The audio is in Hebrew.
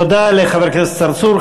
תודה לחבר הכנסת צרצור.